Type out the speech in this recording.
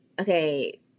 okay